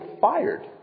fired